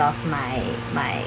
of my my